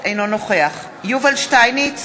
אינו נוכח יובל שטייניץ,